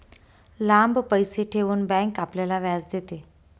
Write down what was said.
लांब पैसे ठेवून बँक आपल्याला व्याज देते